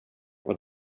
och